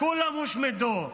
כולן הושמדו,